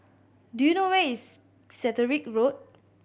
do you know where is Catterick Road